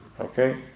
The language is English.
Okay